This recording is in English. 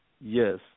yes